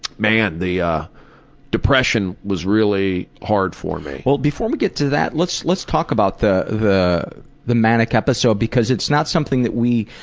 man the ah depression was really hard for me. before we get to that, let's let's talk about the the manic episode because it's not something that we